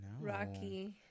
Rocky